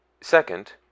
second